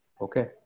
Okay